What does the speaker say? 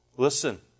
Listen